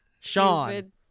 Sean